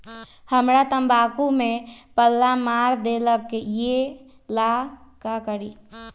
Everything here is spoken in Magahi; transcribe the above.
हमरा तंबाकू में पल्ला मार देलक ये ला का करी?